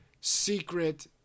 secret